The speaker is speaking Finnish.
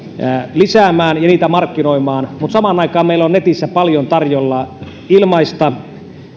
lisäämään ja niitä markkinoimaan mutta samaan aikaan meillä on netissä paljon tarjolla ilmaista